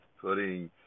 putting